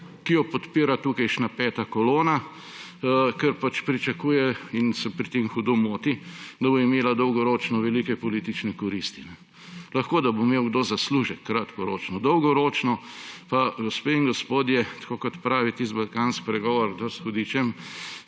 ki jo podpira tukajšnja peta kolona, ker pač pričakuje – in se pri tem hudo moti –, da bo imela dolgoročno velike politične koristi. Lahko da bo imel kdo zaslužek kratkoročno. Dolgoročno pa, gospe in gospodje, tako kot pravi tisti balkanski pregovor – Kdor s hudičem